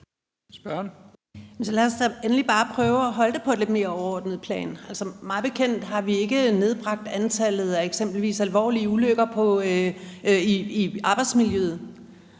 lad os da endelig bare prøve at holde det på et lidt mere overordnet plan. Altså, mig bekendt har vi ikke nedbragt antallet af eksempelvis alvorlige ulykker i forhold til